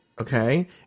okay